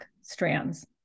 strands